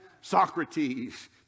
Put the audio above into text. Socrates